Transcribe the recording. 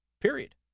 period